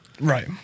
Right